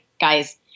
guys